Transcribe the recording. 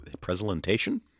presentation